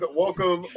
welcome